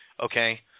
okay